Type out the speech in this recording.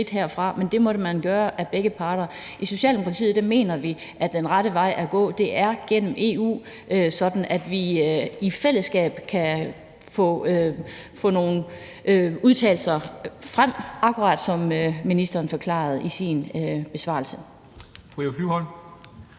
men det må man gøre fra begge parters side. I Socialdemokratiet mener vi, at den rette vej at gå er gennem i EU, sådan at vi i fællesskab kan få nogle udtalelser frem, akkurat som ministeren forklarede i sin besvarelse.